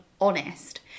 honest